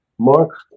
Mark